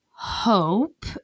Hope